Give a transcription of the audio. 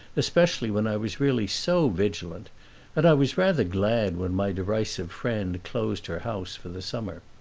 especially when i was really so vigilant and i was rather glad when my derisive friend closed her house for the summer.